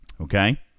okay